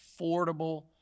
affordable